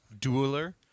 dueler